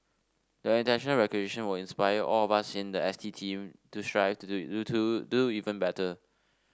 the international recognition will inspire all of us in the S T team to strive to do do to do even better